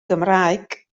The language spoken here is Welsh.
gymraeg